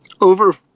over